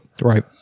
right